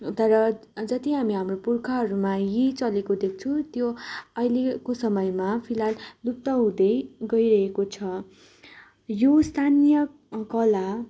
तर जति हामी हाम्रो पुर्खाहरूमा यही चलेको देख्छौँ त्यो अहिलेको समयमा फिलहाल लुप्त हुँदै गइरहेको छ यो स्थानीय कला